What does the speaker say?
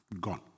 gone